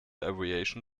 aviation